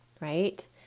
right